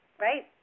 Right